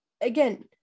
again